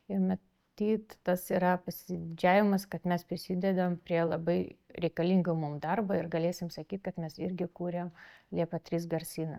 ir matyt tas yra pasididžiavimas kad mes prisidedam prie labai reikalingo mum darbo ir galėsim sakyt kad mes irgi kūrėm liepa trys garsyną